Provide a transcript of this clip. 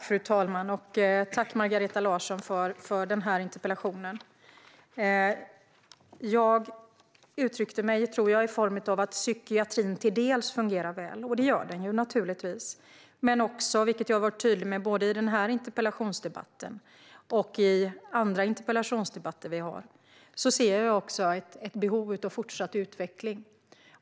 Fru talman! Tack, Margareta Larsson, för den här interpellationsdebatten! Jag tror att jag uttryckte att psykiatrin till dels fungerar väl. Det gör den naturligtvis. Men jag har också både i den här interpellationsdebatten och i andra interpellationsdebatter varit tydlig med att jag ser ett behov av fortsatt utveckling.